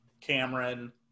Cameron